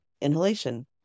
inhalation